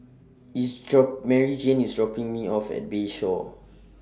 IS drop Maryjane IS dropping Me off At Bayshore